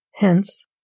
Hence